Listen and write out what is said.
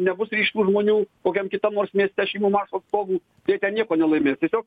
nebus ryškių žmonių kokiam kitam nors mieste šeimų maršo atstovų jie ten nieko nelaimės tiesiog